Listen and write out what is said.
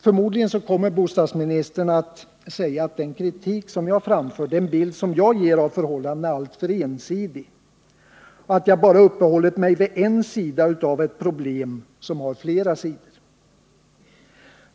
Förmodligen kommer bostadsministern att säga att den bild som jag ger av förhållandena är alltför ensidig, att jag bara uppehållit mig vid en sida av ett problem som har flera sidor.